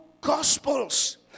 Gospels